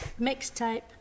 Mixtape